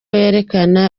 yerekana